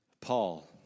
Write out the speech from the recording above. Paul